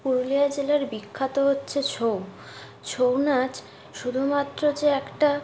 পুরুলিয়া জেলার বিখ্যাত হচ্ছে ছৌ ছৌ নাচ শুধুমাত্র যে একটা